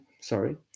sorry